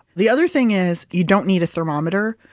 the other thing is you don't need a thermometer.